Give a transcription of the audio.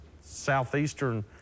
southeastern